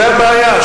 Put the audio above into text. זו הבעיה,